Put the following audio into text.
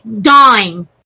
dying